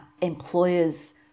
employers